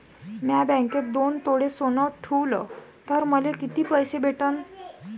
म्या बँकेत दोन तोळे सोनं ठुलं तर मले किती पैसे भेटन